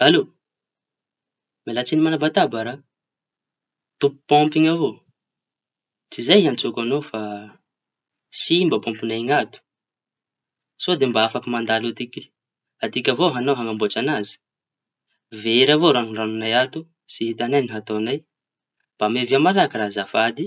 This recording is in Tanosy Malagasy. Alô, mialatsiny mañakotaba raha. Tompo pômpy iñy avao, tsy izay niantsoako añao fa simba pômpiñay iñy ato. Sao di afaky mandalo atiky. Atiky avao añao mañamboatra an'azy. Very avao raha ny rañonay ato tsy hitañay ny ataoñay. Mba miavia malaky raha azafady.